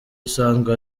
usanzwe